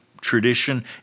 tradition